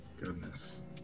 Goodness